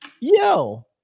Yo